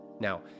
Now